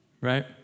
right